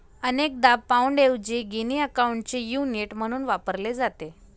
अनेकदा पाउंडऐवजी गिनी अकाउंटचे युनिट म्हणून वापरले जाते